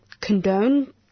condone